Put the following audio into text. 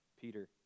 Peter